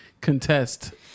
contest